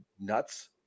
nuts